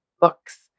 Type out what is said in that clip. books